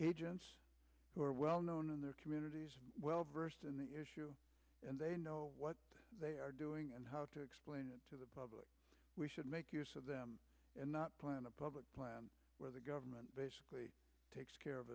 agents who are well known in their community well versed in the issue and they know what they are doing and how to explain it to the public we should make use of them and not plan a public plan where the government basically takes care of